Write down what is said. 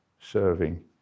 serving